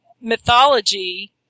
mythology